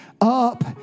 up